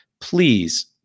please